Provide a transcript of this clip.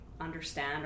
understand